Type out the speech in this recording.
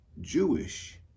Jewish